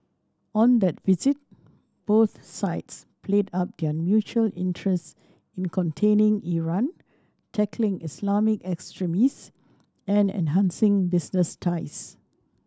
on that visit both sides played up their mutual interests in containing Iran tackling Islamic extremists and enhancing business ties